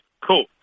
Cool